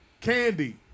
Candy